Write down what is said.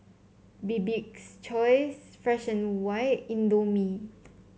Bibik's Choice Fresh And White Indomie